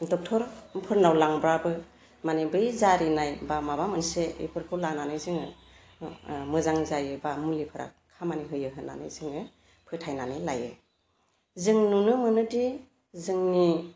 डक्टरफोरनाव लांब्लाबो माने बै जारिनाय बा माबा मोनसे एफोरखौ लानानै जोङो मोजां जायो बा मुलिफोरा खामानि होयो होननानै जोङो फोथायनानै लायो जों नुनो मोनोदि जोंनि